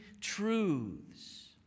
truths